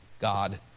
God